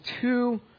two